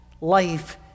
life